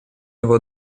его